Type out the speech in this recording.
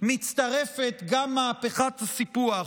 מצטרפת גם מהפכת הסיפוח.